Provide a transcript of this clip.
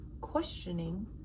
questioning